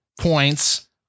points